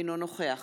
אינו נוכח